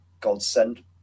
godsend